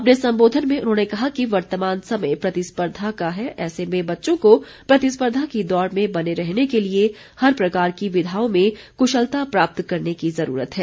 अपने संबोधन में उन्होंने कहा कि वर्तमान समय प्रतिस्पर्धा का है ऐसे में बच्चों को प्रतिस्पर्धा की दौड़ में बने रहने के लिए हर प्रकार की विधाओं में कुशलता प्राप्त करने की ज़रूरत है